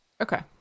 okay